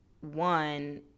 one